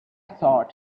thought